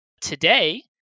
Today